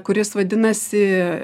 kuris vadinasi